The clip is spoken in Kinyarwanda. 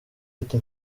ati